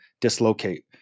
dislocate